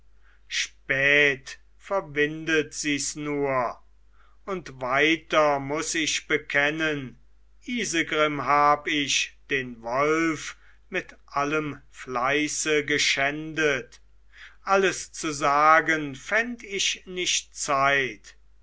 spät verwindet sies nur und weiter muß ich bekennen isegrim hab ich den wolf mit allem fleiße geschändet alles zu sagen fänd ich nicht zeit